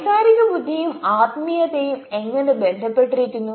വൈകാരിക ബുദ്ധിയും ആത്മീയതയും എങ്ങനെ ബന്ധപ്പെട്ടിരിക്കുന്നു